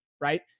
right